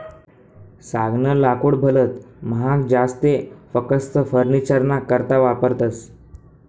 सागनं लाकूड भलत महाग जास ते फकस्त फर्निचरना करता वापरतस